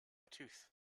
tooth